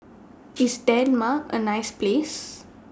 IS Denmark A nice Place